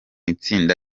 itsinda